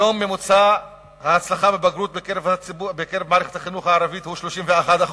היום ממוצע ההצלחה בבגרות במערכת החינוך הערבית הוא 31%,